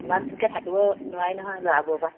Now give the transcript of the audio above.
ইমান দিনকৈ থাকিব নোৱাৰি নহয় ল'ৰাবোৰৰপৰা